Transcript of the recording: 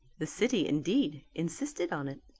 the city, indeed, insisted on it.